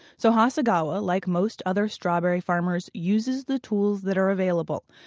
so, hasagawa, like most other strawberry farmers, uses the tools that are available.